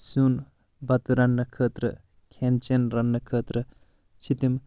سِیُن بتہٕ رننہٕ خٲطرٕ کھٮ۪ن چٮ۪ن رننہٕ خٲطرٕ چھِ تِم